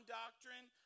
doctrine